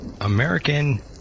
american